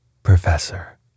Professor